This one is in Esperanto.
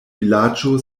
vilaĝo